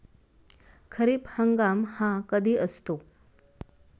खरीप हंगाम हा कधी असतो?